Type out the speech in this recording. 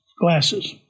glasses